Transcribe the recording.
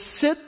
sit